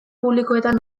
publikoetan